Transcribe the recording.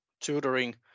tutoring